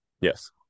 Yes